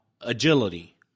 agility